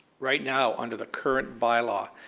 right now under the current by law,